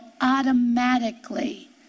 automatically